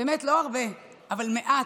באמת לא הרבה אבל מעט,